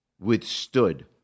withstood